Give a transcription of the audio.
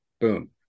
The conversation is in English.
Boom